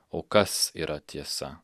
o kas yra tiesa